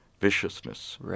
viciousness